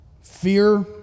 Fear